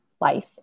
life